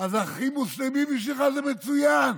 אז האחים המוסלמים בשבילך זה מצוין.